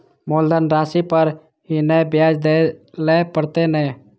मुलधन राशि पर ही नै ब्याज दै लै परतें ने?